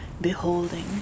beholding